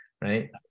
right